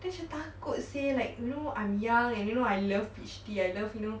don't you takut seh say like you know I'm young and you know I love peach tea I love you know